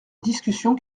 discussion